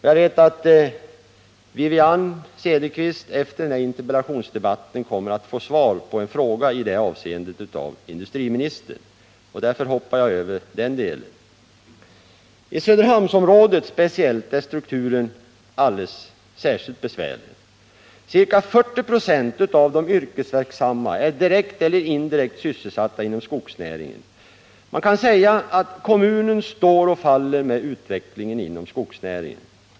Jag vet att Wivi-Anne Cederqvist efter den här interpellationsdebatten kommer att få svar på en fråga som rör detta av industriministern, och jag går därför inte närmare in på den frågan. I Söderhamnsområdet är strukturen särskilt besvärlig. Ca 40 96 av de yrkesverksamma är direkt eller indirekt sysselsatta inom skogsnäringen. Man kan säga att kommunen står och faller med utvecklingen inom skogsnäringen.